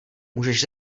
můžeš